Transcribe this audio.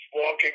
walking